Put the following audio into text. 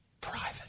private